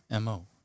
MO